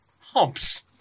Humps